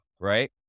Right